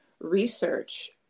research